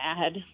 bad